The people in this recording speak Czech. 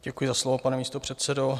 Děkuji za slovo, pane místopředsedo.